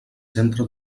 centre